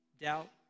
doubt